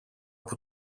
που